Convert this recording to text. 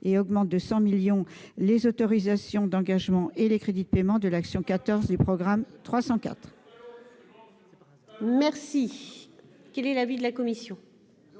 et d'augmenter de 100 millions d'euros en autorisations d'engagement et en crédits de paiement celui de l'action n° 14 du programme 304. Quel est l'avis de la commission ?